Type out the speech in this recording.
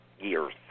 years